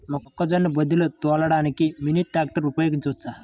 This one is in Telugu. మొక్కజొన్న బోదెలు తోలడానికి మినీ ట్రాక్టర్ ఉపయోగించవచ్చా?